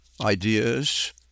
ideas